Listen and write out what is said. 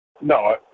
No